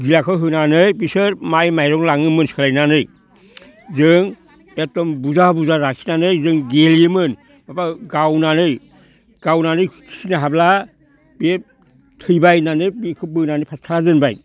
गिलाखो होनानै बिसोर माइ माइरं लाङोमोन सोलायनानै जों एखदम बुरजा बुरजा लाखिनानै जों गेलेयोमोन माबा गावनानै गावनानै खुथिनो हाब्ला बेयो थैबाय होननानै बेखौ बोनानै फाथ्रा दोनबाय